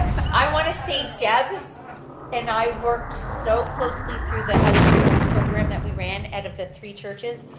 i want to say deb and i worked so closely through the out of the cold program that we ran out of the three churches.